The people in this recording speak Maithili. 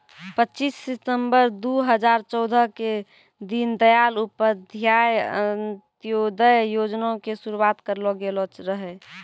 पच्चीस सितंबर दू हजार चौदह के दीन दयाल उपाध्याय अंत्योदय योजना के शुरुआत करलो गेलो रहै